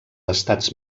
estats